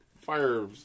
Fire